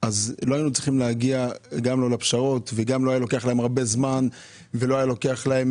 לא היינו צריכים להגיע לפשרות וגם לא היה לוקח להם